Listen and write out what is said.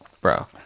Bro